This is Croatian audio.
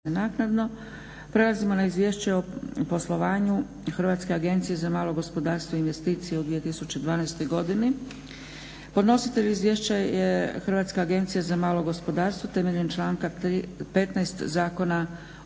(SDP)** Prelazimo na: - Izvješće o poslovanju Hrvatske agencije za malo gospodarstvo i investicije u 2012. godini; Podnositelj izvješća je Hrvatska agencija za malo gospodarstvo temeljem članka 15. Zakona o